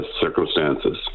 circumstances